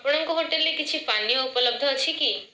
ଆପଣଙ୍କ ହୋଟେଲ୍ରେ କିଛିି ପାନୀୟ ଉପଲବ୍ଧ ଅଛି କି